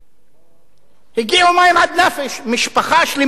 הגיעו מים עד נפש, משפחה שלמה, משפחת כיוף.